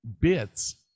bits